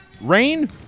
rain